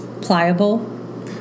pliable